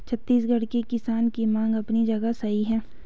छत्तीसगढ़ के किसान की मांग अपनी जगह सही है